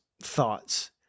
thoughts